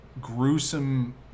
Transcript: gruesome